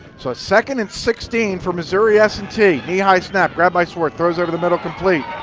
so second and sixteen for missouri s and t. knee high snapped grabbed by swart, throws over the middle, complete.